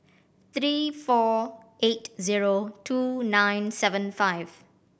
three four eight zero two nine seven five